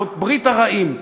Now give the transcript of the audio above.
זאת ברית הרָעים,